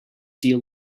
deal